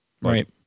Right